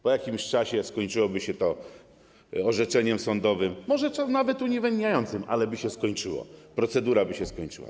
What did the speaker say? Po jakimś czasie skończyłoby się to orzeczeniem sądowym, może nawet uniewinniającym, ale by się skończyło, procedura by się skończyła.